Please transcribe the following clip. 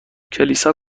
کلیسا